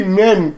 men